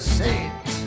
saint